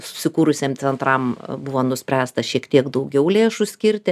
susikūrusiem centram buvo nuspręsta šiek tiek daugiau lėšų skirti